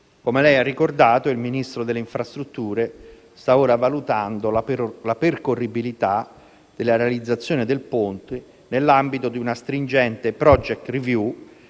Come ha ricordato, il Ministro delle infrastrutture e dei trasporti sta ora valutando la percorribilità della realizzazione del ponte nell'ambito di una stringente *project review*